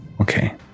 Okay